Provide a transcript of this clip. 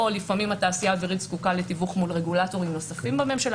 או לפעמים התעשייה האווירית זקוקה לתיווך מול רגולטורים נוספים בממשלה,